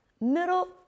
middle